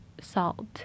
salt